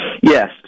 Yes